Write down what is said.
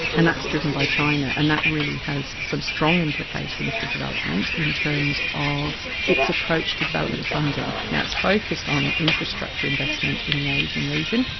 and that is driven by china, and that really has some strong implications for development in terms of its approach to development funding. it's focused on infrastructure investment in the asian region,